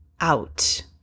out